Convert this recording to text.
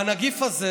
והנגיף הזה